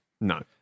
No